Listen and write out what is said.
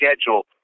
schedule